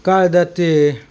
Kaldate